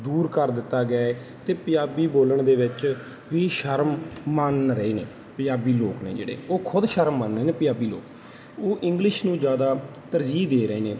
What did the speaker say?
ਦੂਰ ਕਰ ਦਿੱਤਾ ਗਿਆ ਹੈ ਅਤੇ ਪੰਜਾਬੀ ਬੋਲਣ ਦੇ ਵਿੱਚ ਵੀ ਸ਼ਰਮ ਮੰਨ ਰਹੇ ਨੇ ਪੰਜਾਬੀ ਲੋਕ ਨੇ ਜਿਹੜੇ ਉਹ ਖੁਦ ਸ਼ਰਮ ਮੰਨਦੇ ਨੇ ਪੰਜਾਬੀ ਲੋਕ ਉਹ ਇੰਗਲਿਸ਼ ਨੂੰ ਜ਼ਿਆਦਾ ਤਰਜੀਹ ਦੇ ਰਹੇ ਨੇ